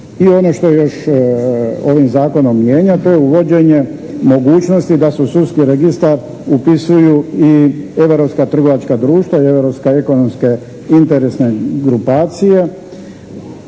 I ono što je još ovim Zakonom mijenja to je uvođenje mogućnosti da se u sudski registar upisuju i europska trgovačka društva i europske ekonomske interesne grupacije